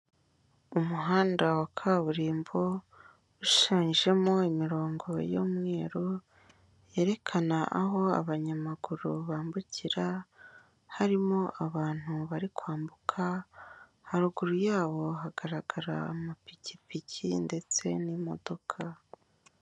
Umuhanda wa kaburimbo, ushushanyijemo imirongo y'umweru, yerekana aho abanyamaguru bambukira, harimo abantu bari kwambuka, haruguru yabo hagaragara amapikipiki ndetse n'imodoka.